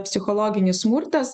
psichologinis smurtas